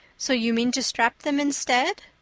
so you mean to strap them instead?